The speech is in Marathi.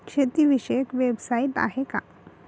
शेतीविषयक वेबसाइट आहे का?